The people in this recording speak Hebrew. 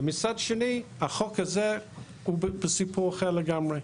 ומצד שני החוק הזה הוא בסיפור אחר לגמרי,